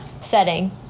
Setting